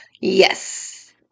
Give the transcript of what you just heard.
Yes